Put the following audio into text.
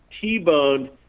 T-boned